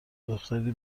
دختری